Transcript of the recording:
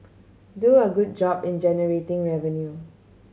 do a good job in generating revenue